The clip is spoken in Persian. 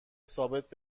ثابت